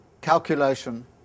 calculation